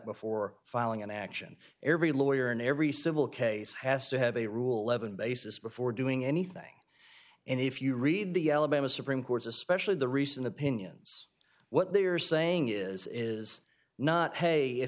before filing an action every lawyer in every civil case has to have a rule eleven basis before doing anything and if you read the alabama supreme court's especially the recent opinions what they are saying is is not hey if